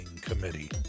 committee